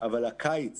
אבל הקיץ